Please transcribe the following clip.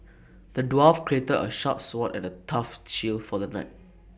the dwarf create A sharp sword and A tough shield for the knight